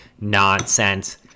nonsense